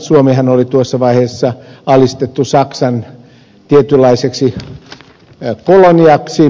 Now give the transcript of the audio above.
suomihan oli tuossa vaiheessa alistettu tietynlaiseksi saksan koloniaksi